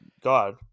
God